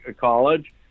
college